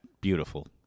Beautiful